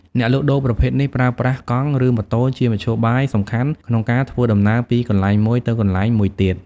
អ្នកលក់ដូរប្រភេទនេះប្រើប្រាស់កង់ ឬម៉ូតូជាមធ្យោបាយសំខាន់ក្នុងការធ្វើដំណើរពីកន្លែងមួយទៅកន្លែងមួយទៀត។